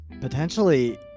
potentially